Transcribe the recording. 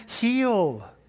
heal